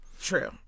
True